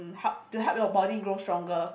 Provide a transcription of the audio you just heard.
help to help your body grow stronger